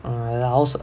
ah also